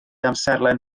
amserlen